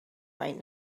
right